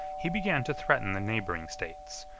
he began to threaten the neighboring states,